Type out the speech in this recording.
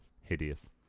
Hideous